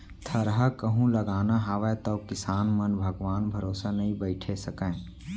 थरहा कहूं लगाना हावय तौ किसान मन भगवान भरोसा नइ बइठे सकयँ